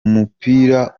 mupira